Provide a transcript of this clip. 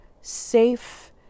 safe